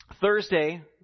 Thursday